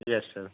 yes sir